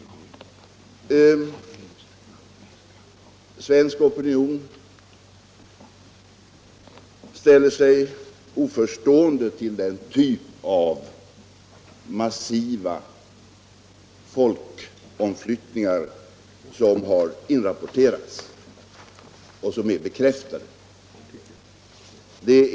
Svensk opinion ställer sig oförstående till den typ av massiva folkomflyttningar som har inrapporterats och som är bekräftade.